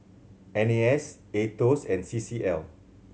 N A S Aetos and C C L